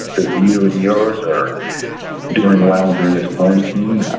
that you and yours are doing well during this quarantine,